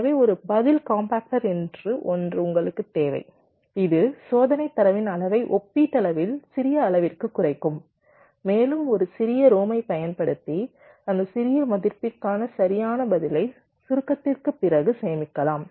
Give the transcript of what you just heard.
எனவே ஒரு பதில் காம்பாக்டர் என்று ஒன்று உங்களுக்குத் தேவை இது சோதனைத் தரவின் அளவை ஒப்பீட்டளவில் சிறிய அளவிற்குக் குறைக்கும் மேலும் ஒரு சிறிய ROM ஐப் பயன்படுத்தி அந்த சிறிய மதிப்பிற்கான சரியான பதிலை சுருக்கத்திற்குப் பிறகு சேமிக்கலாம்